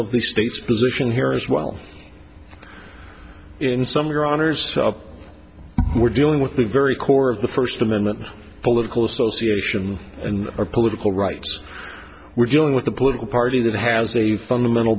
of the state's position here as well in some of your honor's we're dealing with the very core of the first amendment political association and our political rights we're dealing with a political party that has a fundamental